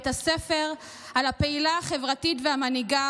את הספר על הפעילה החברתית והמנהיגה